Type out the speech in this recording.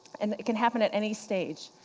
and it can happen at any stage.